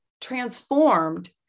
transformed